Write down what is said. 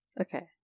Okay